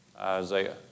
Isaiah